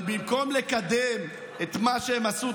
אבל במקום לקדם את מה שהם עשו,